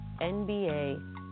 NBA